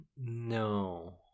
no